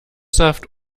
saft